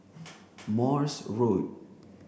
Morse Road